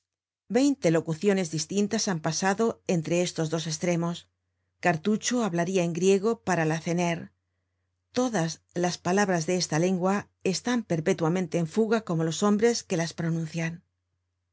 veinte locuciones distintas han pasado entre estos dos estremos cartucho hablaria en griego para lacenaire todas las palabras de esta lengua están perpetuamente en fuga como los hombres que las pronuncian